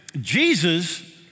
Jesus